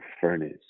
furnace